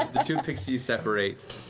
like the two pixies separate.